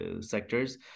sectors